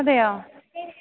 അതെയോ